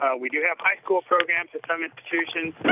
ah we do have high school programs at some institutions.